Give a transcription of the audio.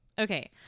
Okay